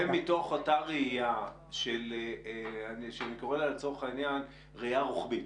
זה מתוך אותה ראייה שאני קורא לה לצורך העניין ראייה רוחבית,